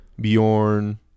Bjorn